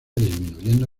disminuyendo